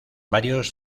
varios